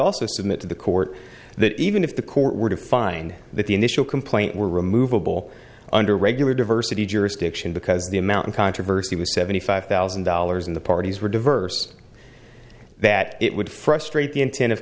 also submit to the court that even if the court were to find that the initial complaint were removable under regular diversity jurisdiction because the amount in controversy was seventy five thousand dollars and the parties were diverse that it would frustrate the intent of